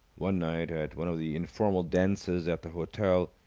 one night, at one of the informal dances at the hotel,